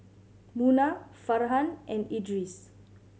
Munah Farhan and Idris